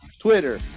twitter